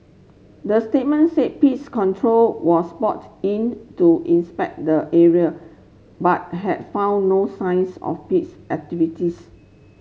the statement said pest control was brought in to inspect the area but had found no signs of pest activities